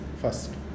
First